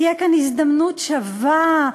יהיו כאן הזדמנות שווה,